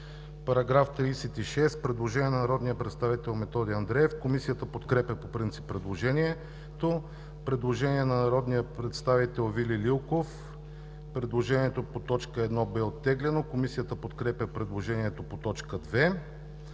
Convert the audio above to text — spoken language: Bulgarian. По § 36 – предложение от народния представител Методи Андреев. Комисията подкрепя по принцип предложението. Предложение от народния представител Вили Лилков. Предложението по т. 1 бе оттеглено. Комисията подкрепя предложението по т. 2.